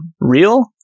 real